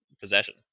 possession